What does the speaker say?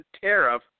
tariff